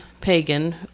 pagan